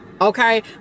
okay